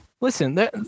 listen